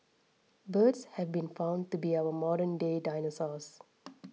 birds have been found to be our modernday dinosaurs